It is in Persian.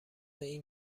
این